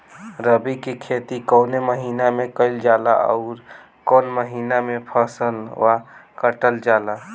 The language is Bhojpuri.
रबी की खेती कौने महिने में कइल जाला अउर कौन् महीना में फसलवा कटल जाला?